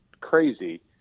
crazy